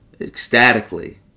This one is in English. ecstatically